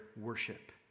worship